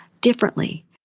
differently